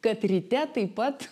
kad ryte taip pat